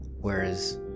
Whereas